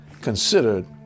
considered